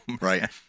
right